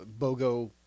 bogo